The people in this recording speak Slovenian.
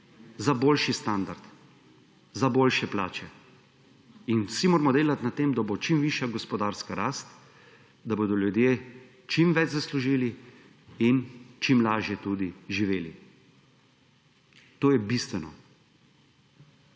za boljši standard, za boljše plače. In vsi moramo delati na tem, da bo čim višja gospodarska rast, da bodo ljudje čim več zaslužili in čim lažje tudi živeli. To je bistveno.